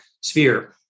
sphere